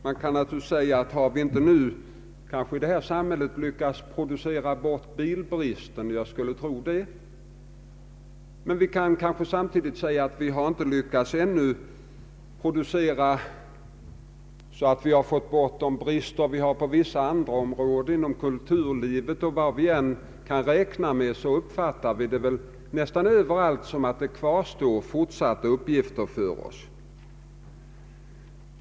Man skulle naturligtvis kunna säga att vi i dagens samhälle ännu inte lyckats producera bort t.ex. bilbristen, att vi inte lyckat producera bort de brister som finns på vissa andra områden, inom kulturlivet o.s.v. Ja, nästan överallt kvarstår väl uppgifter för oss.